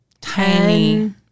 Tiny